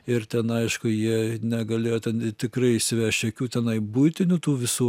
ir ten aišku jie negalėjo ten tikrai išsivešt jokių tenai buitinių tų visų